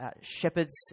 shepherds